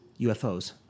UFOs